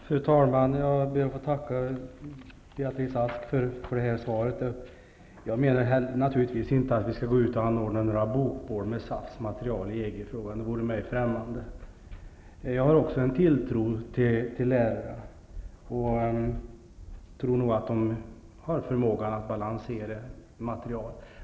Fru talman! Jag ber att få tacka Beatrice Ask för svaret. Jag menar naturligtvis inte att vi skall anordna bokbål med SA material i EG-frågan. Det vore mig främmande. Jag har också en tilltro till lärarna, och jag tror nog att de har en förmåga att balansera material.